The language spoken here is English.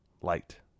Light